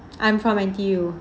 I'm from N_T_U